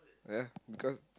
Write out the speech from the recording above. ah because